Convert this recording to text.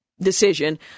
decision